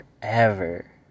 forever